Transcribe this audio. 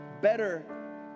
better